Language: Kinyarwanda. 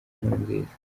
nkurunziza